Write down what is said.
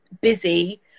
busy